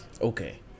Okay